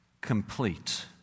complete